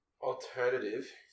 alternative